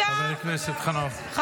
אתה --- למה אישרתם להביא את זה?